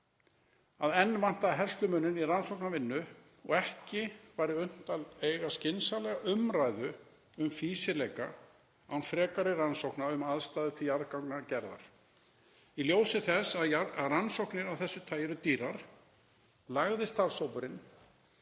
að enn vantaði herslumuninn í rannsóknarvinnu og ekki væri unnt að eiga skynsamlega umræðu um fýsileika án frekari rannsókna um aðstæður til jarðgangagerðar. Í ljósi þess að rannsóknir af þessu tagi væru dýrar lagði starfshópurinn